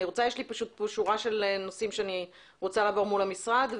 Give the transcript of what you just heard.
יש לי שורה של נושאים שאני רוצה לעבור מול המשרד,